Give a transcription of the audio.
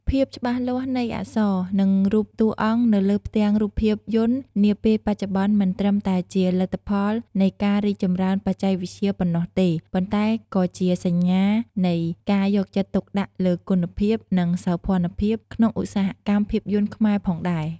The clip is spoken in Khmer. ភាពច្បាស់លាស់នៃអក្សរ និងរូបតួអង្គនៅលើផ្ទាំងរូបភាពយន្តនាពេលបច្ចុប្បន្នមិនត្រឹមតែជាលទ្ធផលនៃការរីកចម្រើនបច្ចេកវិទ្យាប៉ុណ្ណោះទេ ប៉ុន្តែក៏ជាសញ្ញានៃ ការយកចិត្តទុកដាក់លើគុណភាព និងសោភ័ណភាព ក្នុងឧស្សាហកម្មភាពយន្តខ្មែរផងដែរ ។